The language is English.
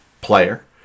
player